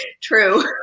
True